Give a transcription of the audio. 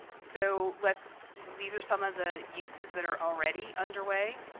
so let's these are some of the uses that are already underway,